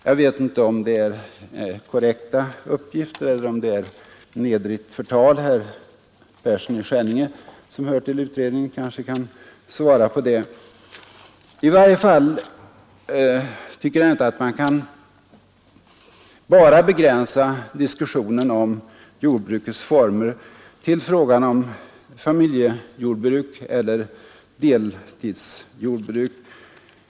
Jag vet inte om detta är en korrekt uppgift eller om det är nedrigt förtal. Herr Persson i Skänninge som hör till utredningen kanske kan ge besked. I varje fall tycker jag inte att man kan bara begränsa diskussionen om jordbrukets former till frågan om familjejordbruk eller deltidsjordbruk.